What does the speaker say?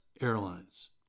airlines